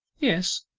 yes,